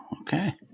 Okay